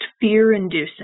fear-inducing